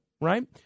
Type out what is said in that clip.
right